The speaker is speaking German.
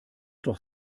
doch